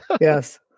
yes